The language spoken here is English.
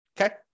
okay